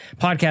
podcast